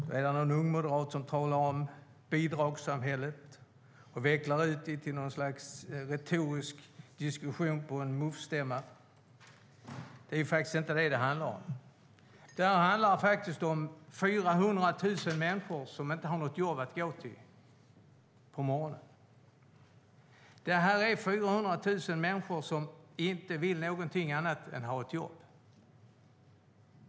Vi hör en ungmoderat tala om bidragssamhället och veckla ut det till något slags retorisk diskussion på en Mufstämma. Det är inte vad det handlar om. Det handlar om 400 000 människor som inte har något jobb att gå till. Det är 400 000 människor som inte vill någonting annat än att ha ett jobb.